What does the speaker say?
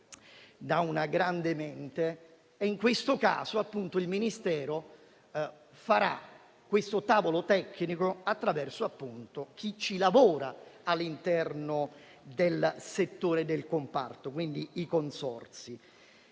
in questo caso il Ministero realizzerà il tavolo tecnico attraverso chi lavora all'interno del settore e del comparto, quindi i consorzi.